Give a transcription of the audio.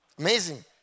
amazing